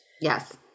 Yes